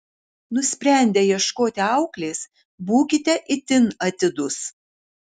nusprendę ieškoti auklės būkite itin atidūs